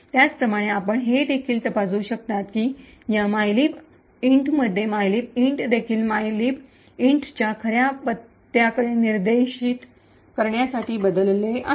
त्याचप्रमाणे आपण हे देखील तपासू शकता की या mylib int मध्ये mylib int देखील mylib int च्या खऱ्या पत्त्याकडे निर्देश करण्यासाठी बदलले आहे